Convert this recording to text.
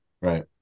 Right